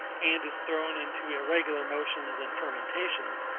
and is thrown into irregular motions and fermentations,